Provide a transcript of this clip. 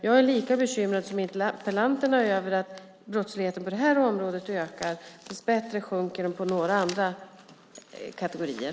Jag är lika bekymrad som interpellanten över att brottsligheten på det här området ökar. Dessbättre sjunker den på några andra områden.